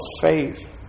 faith